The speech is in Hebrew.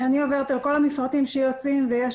אני עוברת על כל המפרטים שיוצאים ויש